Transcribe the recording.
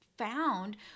found